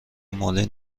مالی